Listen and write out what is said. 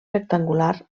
rectangular